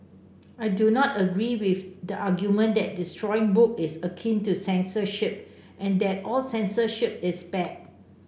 I do not agree with the argument that destroying book is akin to censorship and that all censorship is bad